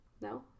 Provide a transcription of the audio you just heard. No